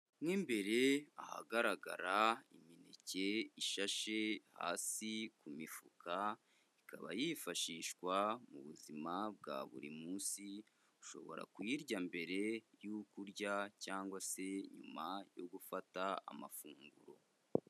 Mo imbere ahagaragara imineke ishashe hasi ku mifuka, ikaba yifashishwa mu buzima bwa buri munsi, ushobora kuyirya mbere yuko urya cyangwa se nyuma yo gufata amafunguro.